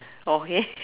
okay